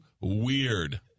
weird